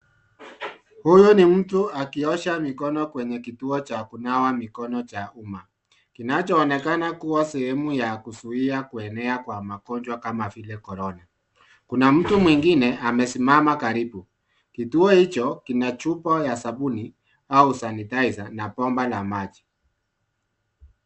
Huyu ni mtu akiosha mikono kwenye kituo cha kunawa mikono cha umma kinachoonekana kuwa sehemu ya kuzuia kuenea kwa magonjwa kama vile Korona. Kuna mtu mwingine amesimama karibu . Kituo hicho kina chupa ya sabuni au sanitizer na bomba la maji.